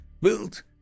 built